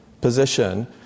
position